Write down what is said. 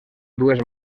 dues